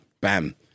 Bam